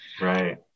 Right